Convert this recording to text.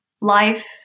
life